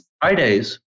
Fridays